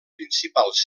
principals